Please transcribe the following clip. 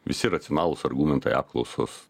visi racionalūs argumentai apklausos